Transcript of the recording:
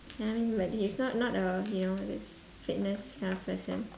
ya I mean but he's not not a you know those fitness kind of person